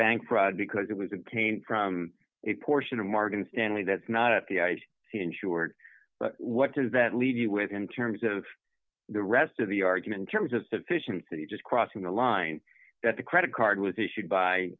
bank fraud because it was obtained from a portion of morgan stanley that's not in the eyes insured what does that leave you with in terms of the rest of the argument terms of sufficiency just crossing the line that the credit card was issued by